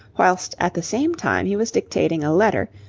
whilst at the same time he was dictating a letter,